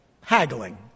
haggling